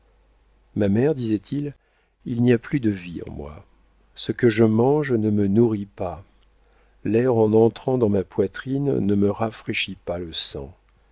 ma mère disait-il il n'y a plus de vie en moi ce que je mange ne me nourrit pas l'air en entrant dans ma poitrine ne me rafraîchit pas le sang